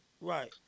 Right